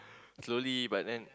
slowly but then